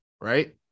right